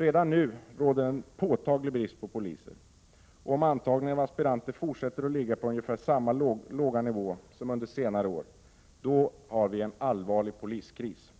Redan nu råder det en påtaglig brist på poliser. Om antagningen av aspiranter fortsätter att ligga på ungefär samma låga nivå som under senare år, blir det en allvarlig poliskris.